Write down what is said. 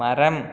மரம்